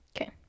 Okay